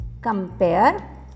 compare